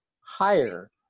higher